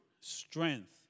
strength